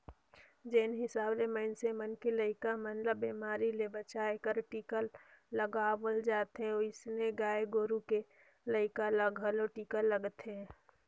जेन हिसाब ले मनइसे मन के लइका मन ल बेमारी ले बचाय बर टीका लगवाल जाथे ओइसने गाय गोरु के लइका ल घलो टीका लगथे